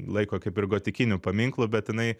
laiko kaip ir gotikiniu paminklu bet jinai